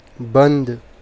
بند